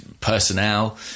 personnel